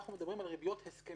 אנחנו מדברים על ריביות הסכמיות.